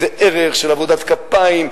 וזה ערך של עבודת כפיים,